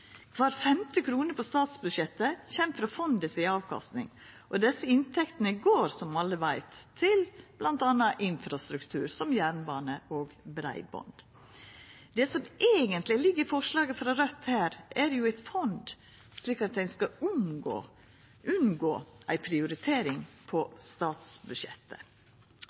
Kvar femte krone på statsbudsjettet kjem frå avkastninga til fondet, og desse inntektene går, som alle veit, bl.a. til infrastruktur som jernbane og breiband. Det som eigentleg ligg i forslaga frå Raudt her, er jo eit fond, slik at ein skal unngå ei prioritering på statsbudsjettet.